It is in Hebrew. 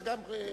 איך